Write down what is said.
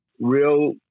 Real